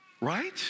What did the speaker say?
right